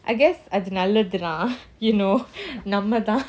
I guess அதுநல்லதுதான்:adhu nallathuthan you know நம்மதான்:namma than